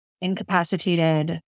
incapacitated